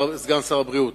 סגן שר הבריאות,